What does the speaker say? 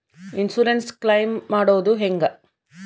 Insurance claim ಮಾಡೋದು ಹೆಂಗ?